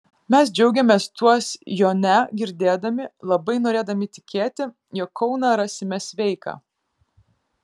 mes džiaugėmės tuos jo ne girdėdami labai norėdami tikėti jog kauną rasime sveiką